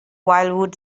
wildwood